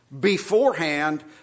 beforehand